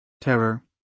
terror